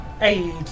aid